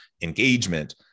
engagement